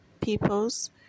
peoples